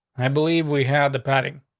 i believe we have the padding.